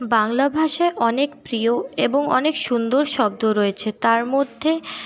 বাংলাভাষায় অনেক প্রিয় এবং অনেক সুন্দর শব্দ রয়েছে তারমধ্যে